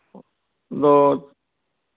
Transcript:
ᱟᱫᱚ